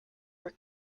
were